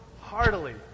heartily